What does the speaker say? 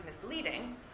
misleading